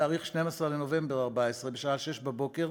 בתאריך 12 בנובמבר 2014, בשעה 06:00,